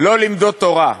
לא לימדו תורה.